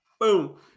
Boom